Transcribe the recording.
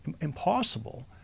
impossible